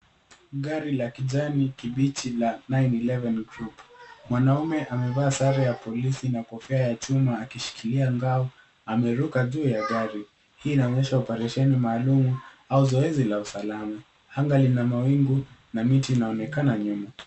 Gari la kijani kibichi la 911 troop .Mwanaume amevaa sare na kofia ya chuma akishikilia ngao ameruka juu ya gari. Hii inaonyesha operesheni maalum au zoezi la usalama. Anga lina mawingu na miti inaonekana nyuma.